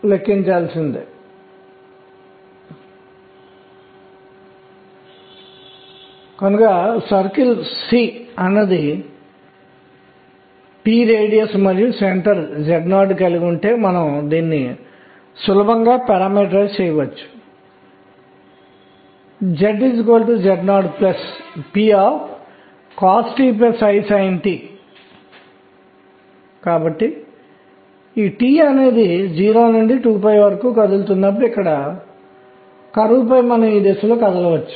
electron యొక్క సహజ intrinsic కోణీయ ద్రవ్యవేగం ఆలోచనను స్పిన్ అంటారు దీనిని ఉహ్లెన్బెక్ మరియు గౌడ్స్మిట్ ప్రతిపాదించారు